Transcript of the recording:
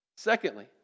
Secondly